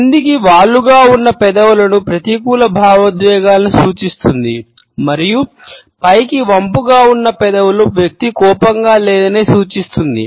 క్రిందికి వాలుగా ఉన్న పెదవులు ప్రతికూల భావోద్వేగాలను సూచిస్తుంది మరియు పైకి వంపుగా ఉన్న పెదవులు వ్యక్తి కోపంగా లేదని సూచిస్తుంది